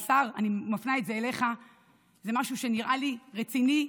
השר, אני מפנה את זה אליך כמשהו שנראה לי רציני,